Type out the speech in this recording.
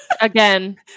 again